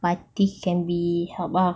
party can be held ah